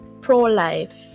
pro-life